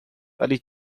ولی